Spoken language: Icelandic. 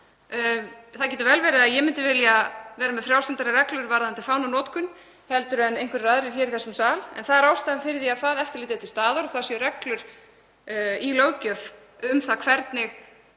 Það getur vel verið að ég myndi vilja vera með frjálslyndari reglur varðandi fánanotkun heldur en einhverjir aðrir hér í þessum sal, en þetta er ástæðan fyrir því að eftirlit er til staðar, það eru reglur í löggjöf um það hvernig